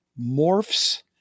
morphs